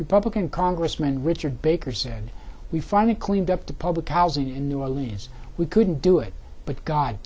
republican congressman richard baker said we finally cleaned up the public housing in new orleans we couldn't do it but god